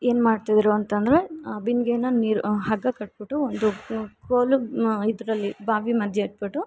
ಏನ್ಮಾಡ್ತಿದ್ರು ಅಂತಂದ್ರೆ ಬಿಂದಿಗೇನ ನೀರು ಹಗ್ಗ ಕಟ್ಬಿಟ್ಟು ಒಂದು ಕೋಲು ಮ ಇದರಲ್ಲಿ ಬಾವಿ ಮಧ್ಯ ಇಟ್ಬಿಟ್ಟು